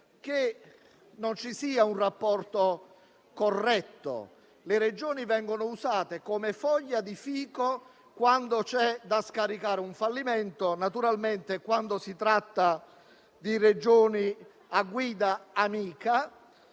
che non ci sia un rapporto corretto: vengono usate come foglia di fico quando c'è da scaricare un fallimento, naturalmente quando si tratta di Regioni a guida amica,